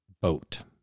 boat